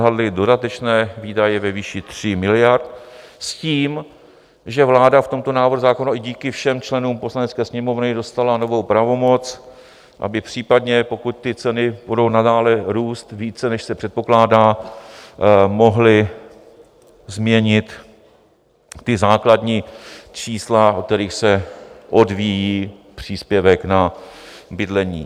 Tam jsme odhalili dodatečné výdaje ve výši 3 miliard s tím, že vláda v tomto návrhu zákona i díky všem členům Poslanecké sněmovny dostala novou pravomoc, aby případně, pokud ty ceny budou nadále růst více, než se předpokládá, mohla změnit základní čísla, od kterých se odvíjí příspěvek na bydlení.